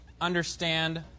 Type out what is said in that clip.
understand